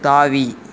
தாவி